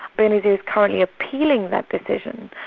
benazir's currently appealing that decision,